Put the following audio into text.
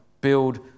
build